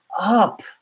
up